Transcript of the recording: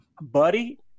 buddy